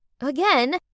again